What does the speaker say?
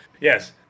Yes